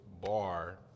bar